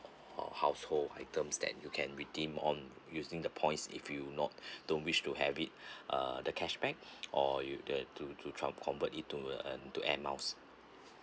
household items that you can redeem on using the points if you not don't wish to have it uh the cashback or you the to to to convert it to a to airmiles